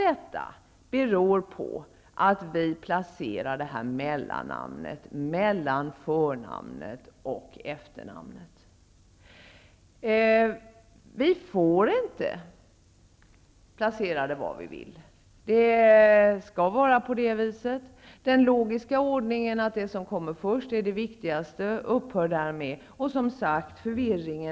Detta beror på att vi placerar mellannamnet mellan för och efternamnet. Vi får inte placera det var vi vill; det skall vara på det här viset. Den logiska ordningen, att det som kommer först är viktigast, gäller inte.